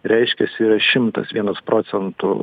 reiškiasi yra šimtas vienas procentų